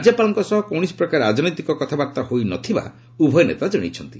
ରାଜ୍ୟପାଳଙ୍କ ସହ କୌଣସି ପ୍ରକାର ରାଜନୈତିକ କଥାବାର୍ତ୍ତା ହୋଇନଥିବା ଉଭୟ ନେତା ଜଣାଇଛନ୍ତି